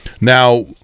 Now